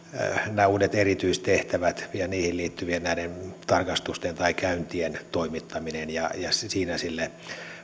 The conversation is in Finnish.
nämä uudet erityistehtävät ja niihin liittyvien tarkastusten tai käyntien toimittaminen ja siinä sille